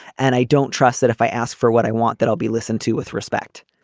and i don't trust that if i ask for what i want, that i'll be listened to with respect.